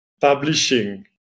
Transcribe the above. publishing